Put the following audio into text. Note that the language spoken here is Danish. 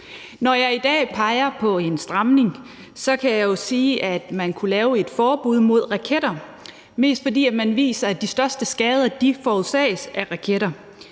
Når jeg i dag peger på en stramning, kan jeg jo sige, at vi kunne lave et forbud mod raketter, mest fordi erfaringen viser, at de største skader forårsages af raketter.